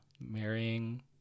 marrying